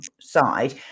side